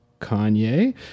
Kanye